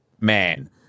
man